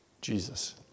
Jesus